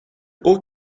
haut